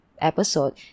episode